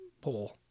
pull